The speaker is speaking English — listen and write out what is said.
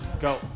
Go